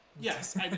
Yes